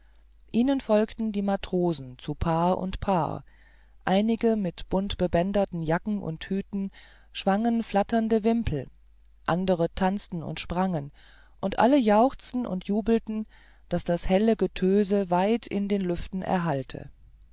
ihnen folgten die matrosen zu paar und paar einige mit buntbebänderten jacken und hüten schwangen flatternde wimpel andere tanzten und sprangen und alle jauchzten und jubelten daß das helle getöse weit in den lüften erhallte